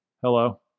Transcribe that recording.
Hello